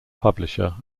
publisher